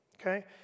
okay